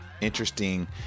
interesting